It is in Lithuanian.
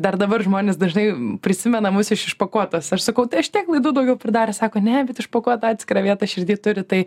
dar dabar žmonės dažnai prisimena mus iš išpakuotos aš sakau aš tiek laidų daugiau pridarius sako ne bet išpakuota atskirą vietą širdy turi tai